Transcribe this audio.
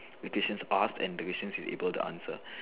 the questions asked and the questions you able to answer